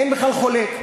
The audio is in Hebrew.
אין בכלל חולק.